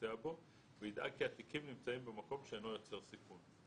הנוסע בו וידאג כי התיקים נמצאים במקום שאינו יוצר סיכון.